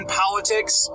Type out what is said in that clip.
politics